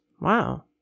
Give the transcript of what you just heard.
Wow